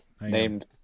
named